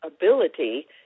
ability